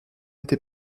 était